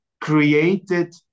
created